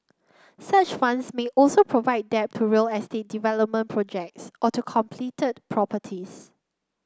such funds may also provide debt to real estate development projects or to completed properties